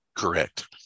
Correct